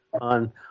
on